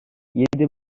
yedi